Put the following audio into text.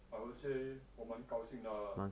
I would say 我蛮高兴的